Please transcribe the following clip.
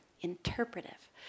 interpretive